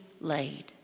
laid